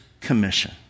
commission